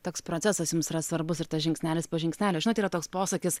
toks procesas jums yra svarbus ir tas žingsnelis po žingsnelio žinot yra toks posakis